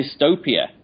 dystopia